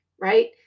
right